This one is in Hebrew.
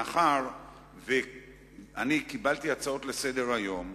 מאחר שקיבלתי הצעות לסדר-היום,